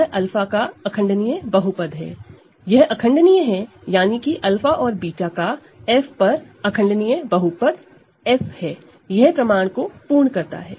यह इररेडूसिबल है यानी कि 𝛂 और β over F irreducible polynomial f है यह प्रमाण को पूर्ण करता है